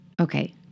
Okay